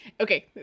okay